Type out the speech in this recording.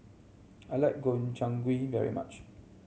I like Gobchang Gui very much